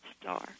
star